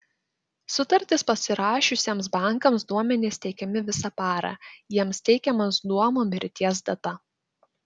sutartis pasirašiusiems bankams duomenys teikiami visą parą jiems teikiamas duomuo mirties data